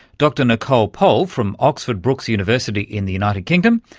dr nicole pohl from oxford brookes university in the united kingdom,